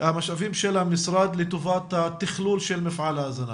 של המשרד לטובת התכלול של מפעל ההזנה,